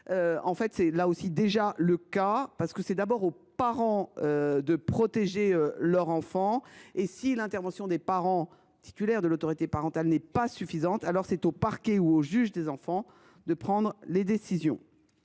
de fait. C’est déjà le cas, puisqu’il revient d’abord aux parents de protéger leur enfant. Si l’intervention des parents, titulaires de l’autorité parentale, n’est pas suffisante, alors c’est au parquet ou au juge des enfants de prendre les décisions.